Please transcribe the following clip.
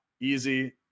easy